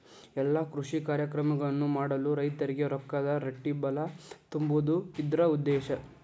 ಎಲ್ಲಾ ಕೃಷಿ ಕಾರ್ಯಕ್ರಮಗಳನ್ನು ಮಾಡಲು ರೈತರಿಗೆ ರೊಕ್ಕದ ರಟ್ಟಿಬಲಾ ತುಂಬುದು ಇದ್ರ ಉದ್ದೇಶ